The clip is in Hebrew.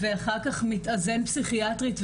ואחר-כך מתאזן פסיכיאטרית,